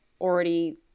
already